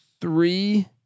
three